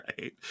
Right